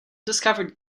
discovered